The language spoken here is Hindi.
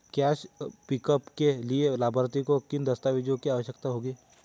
कैश पिकअप के लिए लाभार्थी को किन दस्तावेजों की आवश्यकता होगी?